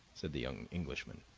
said the young englishman.